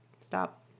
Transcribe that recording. stop